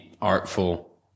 artful